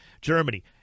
Germany